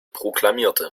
proklamierte